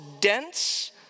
dense